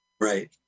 Right